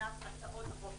שהצעות החוק